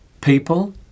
people